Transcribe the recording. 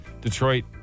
Detroit